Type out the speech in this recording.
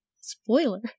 Spoiler